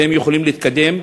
והם יכולים להתקדם.